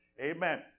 Amen